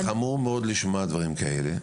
זה חמור מאוד לשמוע דברים כאלה.